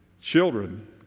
children